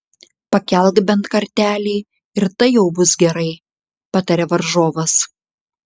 pakelk bent kartelį ir tai jau bus gerai pataria varžovas